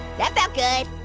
that felt good,